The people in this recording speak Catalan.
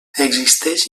existeix